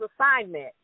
assignment